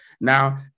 Now